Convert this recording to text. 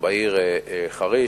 בעיר חריש.